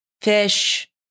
fish